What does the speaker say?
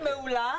תוכנית מעולה .